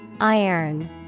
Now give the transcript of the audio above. Iron